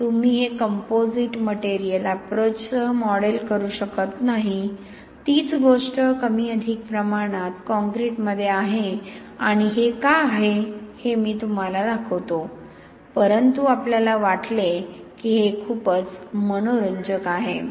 तुम्ही हे composite material अॅप्रोचसह मॉडेल करू शकत नाही तीच गोष्ट कमी अधिक प्रमाणात कॉंक्रिटमध्ये आहे आणि हे का आहे ते मी तुम्हाला दाखवतो परंतु आपल्याला वाटले की हे खूपच मनोरंजक आहे